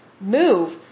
Move